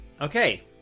Okay